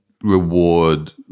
reward